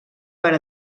per